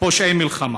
לפשעי מלחמה.